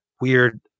weird